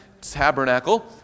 tabernacle